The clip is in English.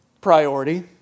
priority